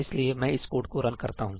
इसलिए मैं इस कोड को रन करता हूं